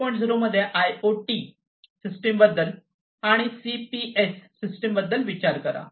0 मध्ये आयआयओटी सिस्टमबद्दल आणि सीपीएस सिस्टमबद्दल विचार करा